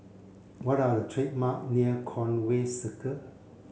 what are the treat mark near Conway Circle